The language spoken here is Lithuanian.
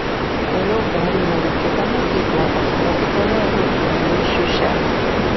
vėliau perėjau į kitą mokyklą pas mokytoją virginijų šiušę